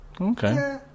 Okay